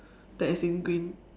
that is in green